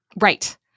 Right